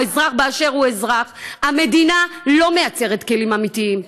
או אזרח באשר הוא אזרח: המדינה לא מייצרת כלים אמיתיים.